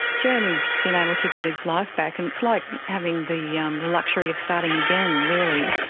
jeremy has been able to get his life back, and it's like having the yeah um the luxury of starting again really.